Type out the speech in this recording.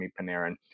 Panarin